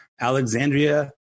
Alexandria